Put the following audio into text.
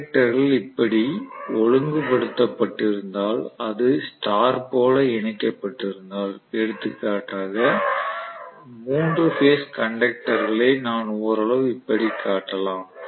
கண்டக்டர்கள் இப்படி ஒழுங்குபடுத்த பட்டிருந்தால் அது ஸ்டார் போல இணைக்கப்பட்டிருந்தால் எடுத்துக்காட்டாக 3 பேஸ் கண்டக்டர்களை நான் ஓரளவு இப்படி காட்டலாம்